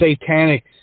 satanic